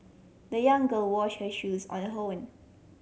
the young girl washed her shoes on her own